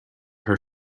her